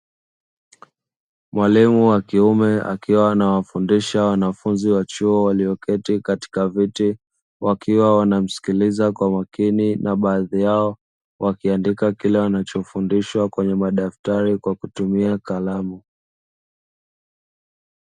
Mwalimu wa kiume akiwa anawafundisha wanafunzi wa chuo walioketi katika viti, wakiwa wanamsikiliza kwa makini na baadhi yao wakiandika kile wanachofundishwa kwenye madaftari kwa kutumia kalamu.